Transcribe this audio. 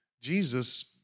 Jesus